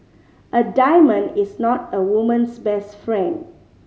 a diamond is not a woman's best friend